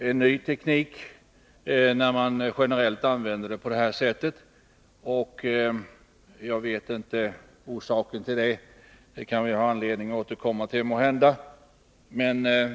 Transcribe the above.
Det är något nytt att generellt använda den tekniken på det här sättet.